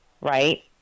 right